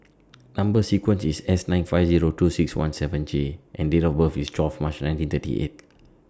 Number sequence IS S nine five Zero two six one seven J and Date of birth IS twelve March nineteen thirty eight